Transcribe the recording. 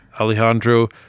Alejandro